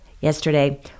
Yesterday